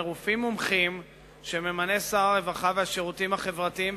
מרופאים מומחים שממנה שר הרווחה והשירותים החברתיים,